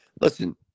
Listen